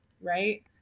right